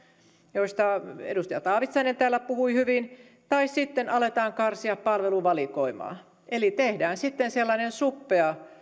joista edustaja taavitsainen täällä puhui hyvin tai sitten aletaan karsia palveluvalikoimaa eli tehdään sitten sellainen suppea